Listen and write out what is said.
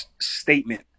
statement